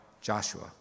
Joshua